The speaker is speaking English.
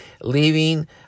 leaving